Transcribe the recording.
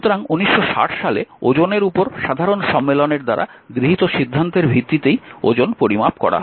সুতরাং 1960 সালে ওজনের উপর সাধারণ সম্মেলনের দ্বারা গৃহীত সিদ্ধান্তের ভিত্তিতেই ওজন পরিমাপ করা হয়